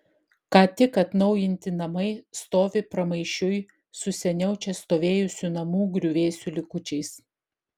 ką tik atnaujinti namai stovi pramaišiui su seniau čia stovėjusių namų griuvėsių likučiais